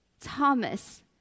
Thomas